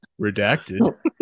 Redacted